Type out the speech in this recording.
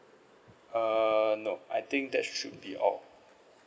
err no I think that should be all